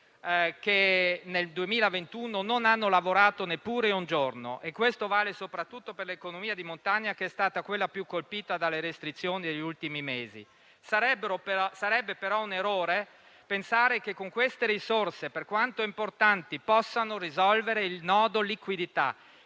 che nel 2021 non hanno lavorato neppure un giorno. E ciò vale soprattutto per l'economia di montagna, che è stata la più colpita dalle restrizioni degli ultimi mesi. Sarebbe però un errore pensare che queste risorse, per quanto importanti, possano risolvere il nodo liquidità,